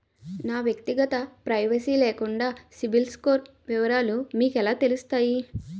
నా వ్యక్తిగత ప్రైవసీ లేకుండా సిబిల్ స్కోర్ వివరాలు మీకు ఎలా తెలుస్తాయి?